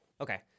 okay